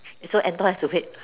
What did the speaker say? so Anton has to wait